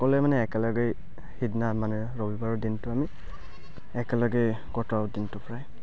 সকলোৱে মানে একেলগে সিদিনা মানে ৰবিবাৰৰ দিনটো আমি একেলগে কটাও দিনটো প্ৰায়